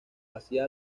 hacía